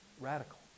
Radical